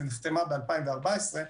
ונחתמה ב-2014,